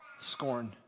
scorn